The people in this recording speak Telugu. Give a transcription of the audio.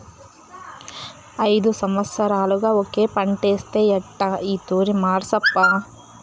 ఐదు సంవత్సరాలుగా ఒకే పంటేస్తే ఎట్టా ఈ తూరి మార్సప్పా